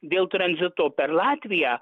dėl tranzito per latviją